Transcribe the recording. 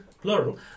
plural